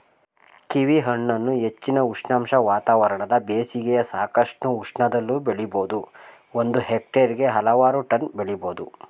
ಕೀವಿಹಣ್ಣನ್ನು ಹೆಚ್ಚಿನ ಉಷ್ಣಾಂಶ ವಾತಾವರಣದ ಬೇಸಿಗೆಯ ಸಾಕಷ್ಟು ಉಷ್ಣದಲ್ಲೂ ಬೆಳಿಬೋದು ಒಂದು ಹೆಕ್ಟೇರ್ಗೆ ಹಲವಾರು ಟನ್ ಬೆಳಿಬೋದು